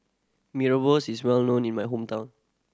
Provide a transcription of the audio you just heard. Mee Rebus is well known in my hometown